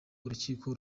urukiko